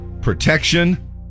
protection